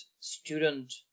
student